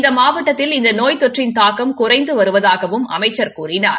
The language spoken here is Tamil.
இந்த மாவட்டத்தில் இந்த நோய் தொற்றின் தாக்கம் குறைந்து வருவதாகவும் அமைச்சர் கூறினார்